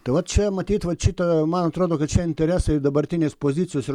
tai va čia matyt vat šita man atrodo kad čia interesai dabartinės pozicijos ir